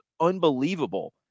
unbelievable